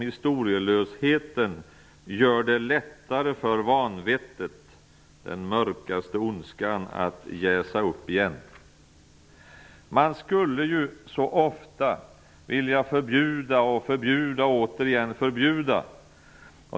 Historielösheten gör det lättare för vanvettet, den mörkaste ondskan, att jäsa igen. Man skulle så ofta vilja förbjuda och åter förbjuda.